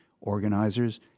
organizers